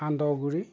সান্দহগুড়ি